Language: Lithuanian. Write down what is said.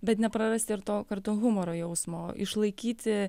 bet neprarasti ir to kartu humoro jausmo išlaikyti